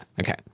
Okay